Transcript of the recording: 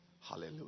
Hallelujah